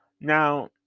Now